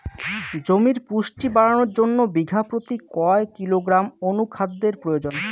জমির পুষ্টি বাড়ানোর জন্য বিঘা প্রতি কয় কিলোগ্রাম অণু খাদ্যের প্রয়োজন?